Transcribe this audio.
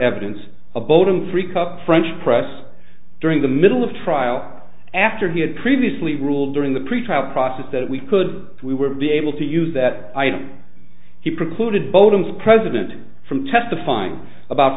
evidence a boat in free cup french press during the middle of trial after he had previously ruled during the pretrial process that we could we would be able to use that i'd be precluded bowden's president from testifying about